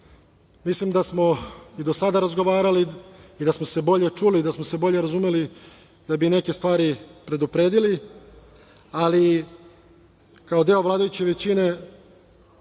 Mislim da smo i do sada razgovarali i da smo se bolje čuli i da smo se bolje razumeli, da bi neke stvari predupredili, ali kao deo vladajuće većine,